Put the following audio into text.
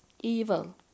evil